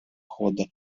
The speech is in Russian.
хода